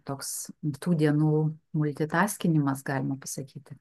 toks tų dienų multitaskinimas galima pasakyti